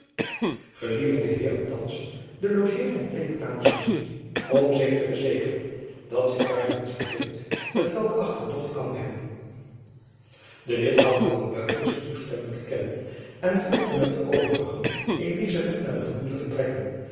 de heeren thands de logeer en kleedkamers te zien om zich te verzekeren dat zich daarin niets bevindt t welk achterdocht kan verwekken de witt gaf door een buiging zijn toestemming te kennen en volgde met de overigen elizabeth naar de genoemde vertrekken